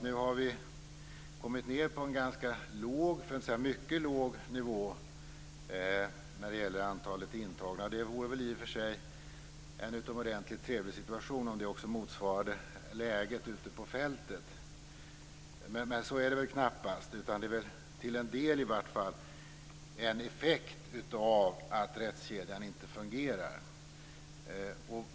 Vi har nu kommit ned på en ganska, för att inte säga mycket låg nivå vad gäller antalet intagna på anstalterna. Det vore i och för sig utomordentligt trevligt om det också motsvarade läget ute på fältet, men så är det väl knappast, utan det är i vart fall till en del en effekt av att rättskedjan inte fungerar.